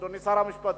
אדוני שר המשפטים,